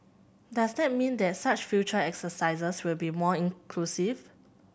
does that mean that such future exercises will be more inclusive